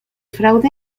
fraude